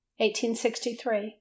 1863